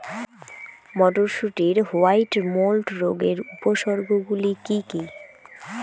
মটরশুটির white mould রোগের উপসর্গগুলি কী কী?